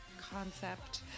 concept